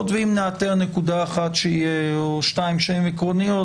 ואם נאתר נקודה אחת או שתיים שהן עקרוניות,